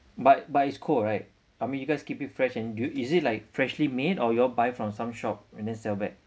but but it's cold right I mean you guys keep it fresh and do is it like freshly made or you all buy from some shop and then sell back